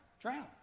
drown